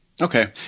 Okay